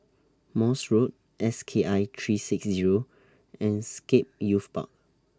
Morse Road S K I three six Zero and Scape Youth Park